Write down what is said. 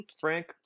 Frank